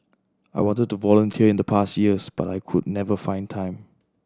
I wanted to volunteer in the past years but I could never find time